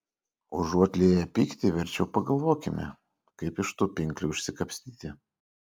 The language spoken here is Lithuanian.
užuot lieję pyktį verčiau pagalvokime kaip iš tų pinklių išsikapstyti